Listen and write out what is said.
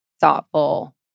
thoughtful